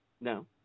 No